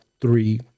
three